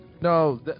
No